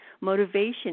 Motivation